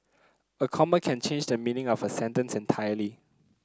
a comma can change the meaning of a sentence entirely